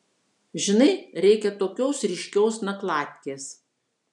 žinai reikia tokios ryškios nakladkės